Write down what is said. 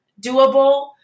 doable